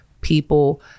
people